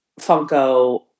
funko